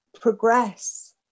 progress